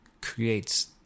creates